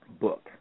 book